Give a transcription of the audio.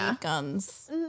guns